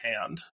hand